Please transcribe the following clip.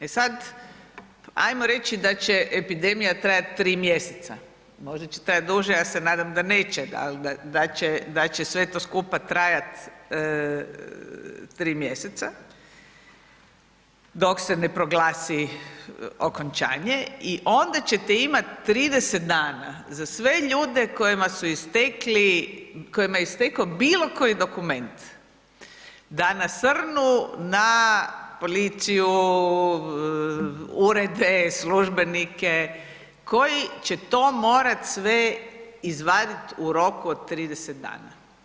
E sad, ajmo reći da će epidemija trajati tri mjeseca, možda se trajati duže, ja se nadam da neće, da će sve to skupa trajat tri mjeseca, dok se ne proglasi okončanje i onda ćete imati 30 dana za sve ljude kojima je istekao bilo koji dokument da nasrnu na policiju, urede, službenike koji će to morati sve izvadit u roku od 30 dana.